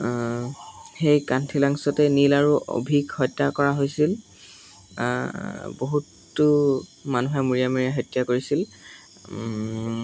সেই কান্থিলাংছোতে নীল আৰু অভিক হত্যা কৰা হৈছিল বহুতো মানুহে মৰিয়া মৰিয়াই হত্যা কৰিছিল